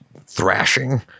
thrashing